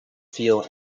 feel